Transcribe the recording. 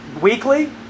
weekly